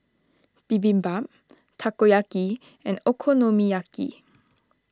Bibimbap Takoyaki and Okonomiyaki